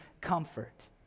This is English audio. comfort